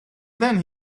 then